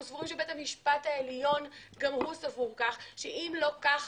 אנחנו סבורים שבית המשפט העליון גם הוא סבור כך; שאם לא כך,